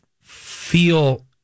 feel